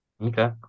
Okay